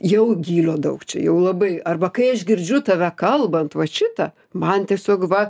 jau gylio daug čia jau labai arba kai aš girdžiu tave kalbant va šitą man tiesiog va